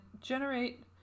generate